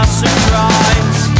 surprise